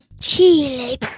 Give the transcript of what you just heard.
Chile